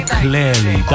clearly